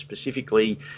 specifically